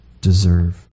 deserve